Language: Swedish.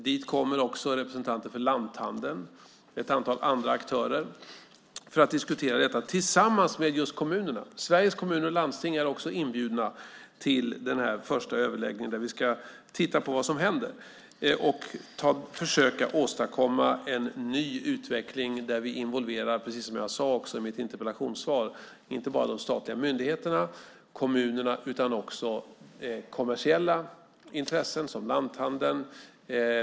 Dit kommer också representanter för lanthandeln och ett antal andra aktörer för att diskutera detta tillsammans med kommunerna. Sveriges Kommuner och Landsting är också inbjudna till denna första överläggning. Där ska vi titta på vad som händer och försöka åstadkomma en ny utveckling där vi, precis som jag sade i mitt interpellationssvar, involverar inte bara de statliga myndigheterna och kommunerna utan också kommersiella intressen som lanthandeln.